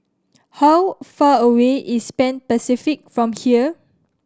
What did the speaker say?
how far away is Pan Pacific from here